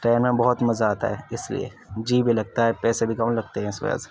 train میں بہت مزہ آتا ہے اس لیے جی بھی لگتا ہے پیسے بھی کم لگتے ہیں اس وجہ سے